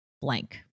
blank